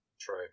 True